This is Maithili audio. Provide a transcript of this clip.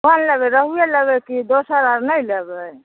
कोन लेबै रहुए लेबै कि दोसर आर नहि लेबै